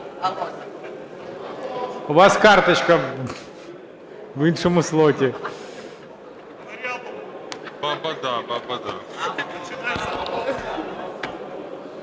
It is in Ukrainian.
У вас карточка в іншому слоті.